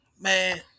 man